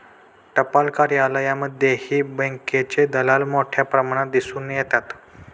टपाल कार्यालयांमध्येही बँकेचे दलाल मोठ्या प्रमाणात दिसून येतात